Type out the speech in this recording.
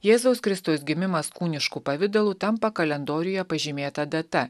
jėzaus kristaus gimimas kūnišku pavidalu tampa kalendoriuje pažymėta data